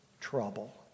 trouble